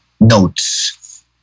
notes